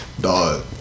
Dog